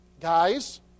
guys